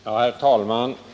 Herr talman!